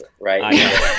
Right